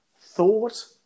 thought